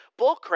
Bullcrap